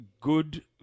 good